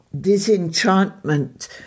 disenchantment